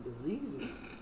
diseases